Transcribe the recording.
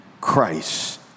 Christ